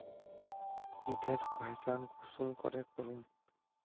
कीटेर पहचान कुंसम करे करूम?